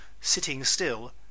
sitting-still